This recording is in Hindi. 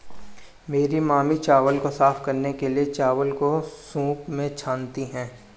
मेरी मामी चावल को साफ करने के लिए, चावल को सूंप में छानती हैं